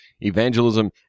Evangelism